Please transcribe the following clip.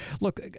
look